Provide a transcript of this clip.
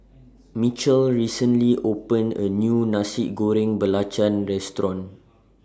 Mitchel recently opened A New Nasi Goreng Belacan Restaurant